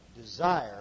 desire